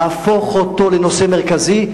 להפוך אותו לנושא מרכזי,